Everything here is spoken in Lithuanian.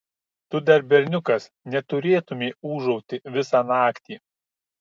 tu dar berniukas neturėtumei ūžauti visą naktį